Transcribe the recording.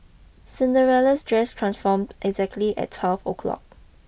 Cinderella's dress transformed exactly at twelve o'clock